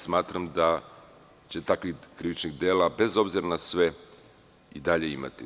Smatram da će takvih krivičnih dela, bez obzira na sve, i dalje biti.